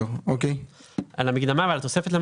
אין לזה משמעות משפטית,